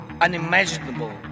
unimaginable